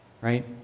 right